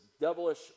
devilish